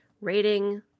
rating